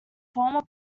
former